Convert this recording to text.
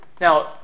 Now